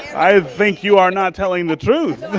i think you are not telling the truth.